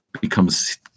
becomes